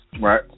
Right